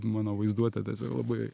mano vaizduotė tiesiog labai